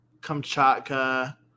Kamchatka